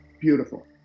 beautiful